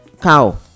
cow